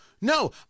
No